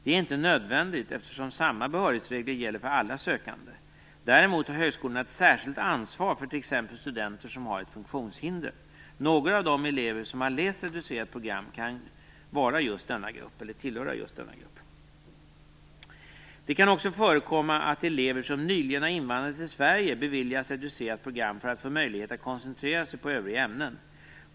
Detta är inte nödvändigt eftersom samma behörighetsregler gäller för alla sökande. Däremot har högskolorna ett särskilt ansvar för t.ex. studenter som har ett funktionshinder. Några av de elever som har läst reducerat program kan tillhöra just denna grupp. Det kan också förekomma att elever som nyligen har invandrat till Sverige beviljas reducerat program för att få möjlighet att koncentrera sig på övriga ämnen.